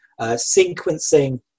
sequencing